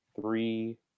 three